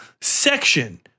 section